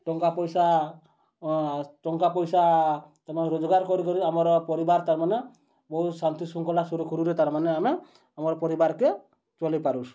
ଟଙ୍କା ପଇସା ଟଙ୍କା ପଇସା ତା'ର୍ମାନେ ରୋଜଗାର କରିକରି ଆମର୍ ପରିବାର ତା'ର୍ମାନେ ବହୁତ୍ ଶାନ୍ତି ଶୃଙ୍ଖଳା ସୁରୁଖୁରୁରେ ତା'ର୍ମାନେ ଆମେ ଆମର୍ ପରିବାର୍କେ ଚଲେଇ ପାରୁଛୁଁ